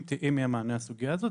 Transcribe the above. אם יהיה מענה לסוגיה הזאת,